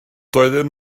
doedden